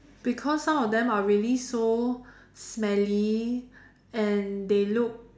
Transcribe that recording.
because some of them are really so smelly and they look